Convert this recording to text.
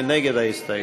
מי נגד ההסתייגות?